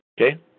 Okay